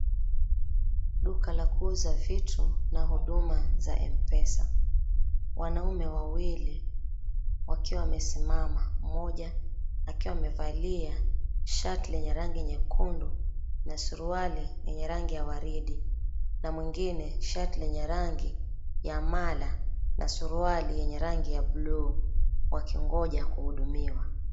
Duka la kuuza vitu na huduma za M-pesa. Wanaume wawili wakiwa wamesimama. Mmoja akiwa amevalia shati lenye rangi nyekundu, na suruali yenye rangi ya waridi, na mwingine shati lenye rangi ya mala na suruali yenye rangi ya buluu , wakingoja kuhudumiwa.